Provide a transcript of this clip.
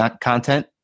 content